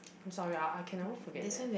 I'm sorry I I can never forget that